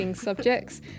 subjects